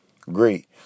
Great